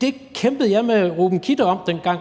det kæmpede jeg med Ruben Kidde om dengang,